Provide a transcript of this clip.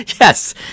yes